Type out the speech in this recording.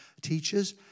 teaches